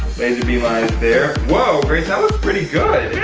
laser beam eyes there. whoa, grace, that looks pretty good!